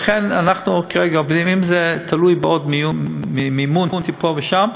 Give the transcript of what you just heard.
לכן, אנחנו כרגע, וזה תלוי בעוד מימון פה ושם,